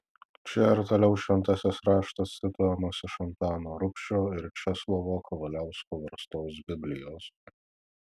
čia ir toliau šventasis raštas cituojamas iš antano rubšio ir česlovo kavaliausko verstos biblijos